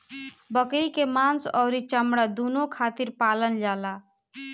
बकरी के मांस अउरी चमड़ा दूनो खातिर पालल जाला